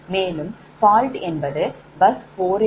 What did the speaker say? மேலும் fault என்பது bus 4 ல் இருந்தால் V4f0